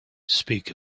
speak